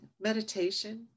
meditation